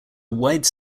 wide